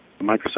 Microsoft